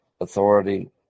authority